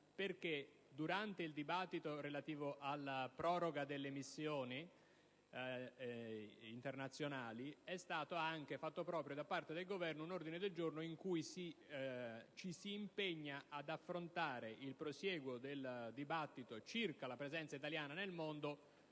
che, durante il dibattito relativo alla proroga delle missioni internazionali, è stato fatto proprio da parte del Governo un ordine del giorno in cui ci si impegna ad affrontare il prosieguo del dibattito circa la presenza italiana all'estero